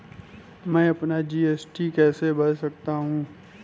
मैं अपना जी.एस.टी कैसे भर सकता हूँ?